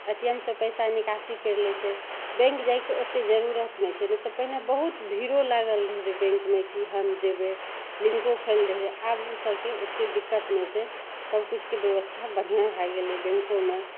ए T M से पइसा निकासी करि लै छै बैँक जाएके ओतेक जरूरत नहि छै नहि तऽ पहिले बहुत भीड़ो लागल रहै रहै बैँकमे कि हम जएबै लिन्को फेल रहै आब ओहि सबके ओतेक दिक्कत नहि छै सबकिछुके बेबस्था बढ़िआँ भै गेलै बैँकोमे